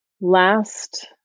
Last